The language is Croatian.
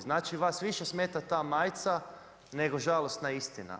Znači vas više smeta ta majica nego žalosna istina.